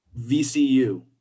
VCU